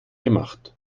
gemacht